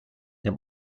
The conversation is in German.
dem